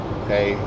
okay